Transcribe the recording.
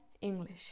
English